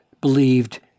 believed